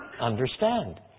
understand